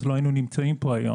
אז לא היינו נמצאים פה היום.